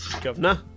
Governor